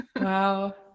Wow